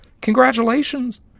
congratulations